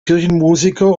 kirchenmusiker